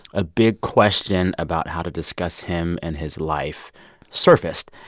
a big question about how to discuss him and his life surfaced,